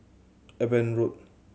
Eben Road